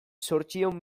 zortziehun